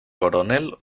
coronel